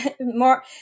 more